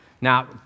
Now